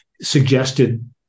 suggested